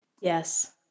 Yes